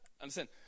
understand